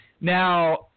Now